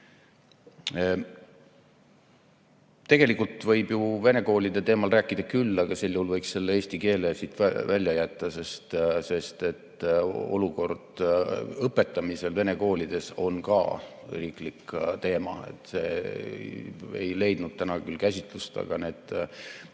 süst".Tegelikult võib ju vene koolide teemal rääkida küll, aga sel juhul võiks selle eesti keele siit välja jätta, sest et olukord õpetamisel vene koolides on ka riiklik teema. See ei leidnud täna küll käsitlust, aga need